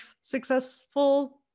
successful